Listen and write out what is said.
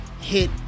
hit